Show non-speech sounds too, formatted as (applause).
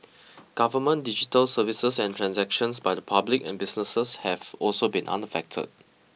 government digital (noise) services and transactions by the public and businesses have also been unaffected